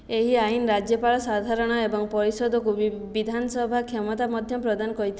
ଏହି ଆଇନ୍ ରାଜ୍ୟପାଳ ସାଧାରଣ ଏବଂ ପରିଷଦକୁ ବିଧାନସଭା କ୍ଷମତା ମଧ୍ୟ ପ୍ରଦାନ କରିଥିଲା